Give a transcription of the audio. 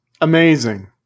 Amazing